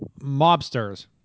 Mobsters